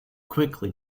quickly